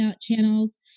channels